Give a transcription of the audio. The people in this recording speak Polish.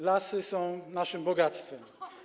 Lasy są naszym bogactwem.